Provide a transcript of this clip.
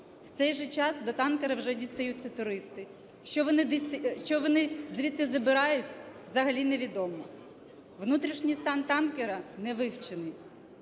В цей же час, до танкера вже дістаються туристи. Що вони звідти забирають, взагалі невідомо. Внутрішній стан танкера не вивчений,